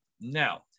Now